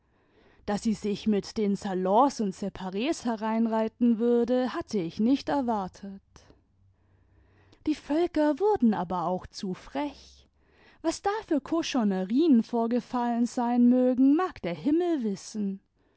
daß sie sich mit den salons und spares hereinreiten würde hatte ich nicht erwartet die völker wurden aber auch zu frech was da für cochonnerien vorgefallen sein mögen mag der himmel wissen